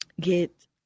Get